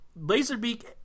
Laserbeak